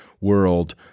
world